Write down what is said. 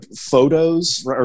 photos